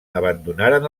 abandonaren